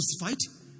justified